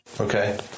okay